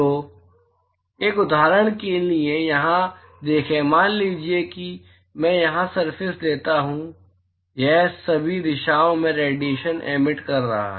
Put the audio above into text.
तो एक उदाहरण के लिए यहां देखें मान लीजिए कि मैं यहां सरफेस लेता हूं यह सभी दिशाओं में रेडिएशन एमिट कर रहा है